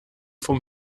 vom